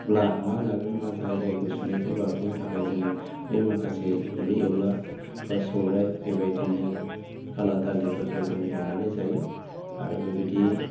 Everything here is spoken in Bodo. मा जागोन मा जाया जायो गुसुनिफ्राय बारगनो थाखाय जोङो बै माखासे एवलु एवला बा सौराय बेबायदिनो खाला दालिफोरखौ जोङो एवनानै जायो आरो बेबायदि